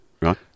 Right